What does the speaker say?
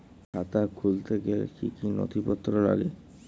খাতা খুলতে গেলে কি কি নথিপত্র লাগে?